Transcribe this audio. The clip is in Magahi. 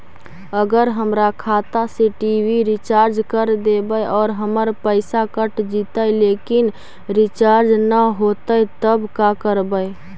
अगर खाता से टी.वी रिचार्ज कर देबै और हमर पैसा कट जितै लेकिन रिचार्ज न होतै तब का करबइ?